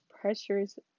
pressures